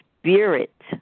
spirit